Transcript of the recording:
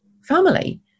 family